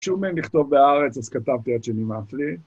ביקשו ממני לכתוב בהארץ, אז כתבתי עד שנמאס לי.